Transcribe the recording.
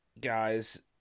guys